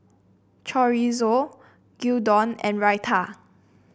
Chorizo Gyudon and Raita